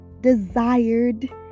desired